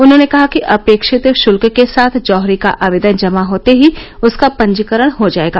उन्होंने कहा कि अपेक्षित शुल्क के साथ जौहरी का आवेदन जमा होते ही उसका पंजीकरण हो जाएगा